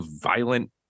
violent